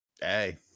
hey